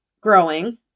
growing